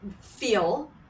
feel